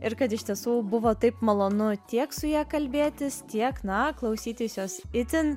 ir kad iš tiesų buvo taip malonu tiek su ja kalbėtis tiek na klausytis jos itin